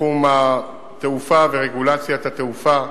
בתחום התעופה ורגולציית התעופה,